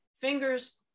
fingers